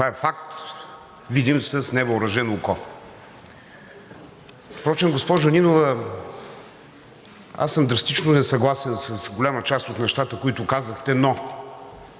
Това е факт, видим с невъоръжено око. Госпожо Нинова, аз съм драстично несъгласен с голяма част от нещата, които казахте, но